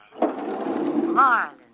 Marlin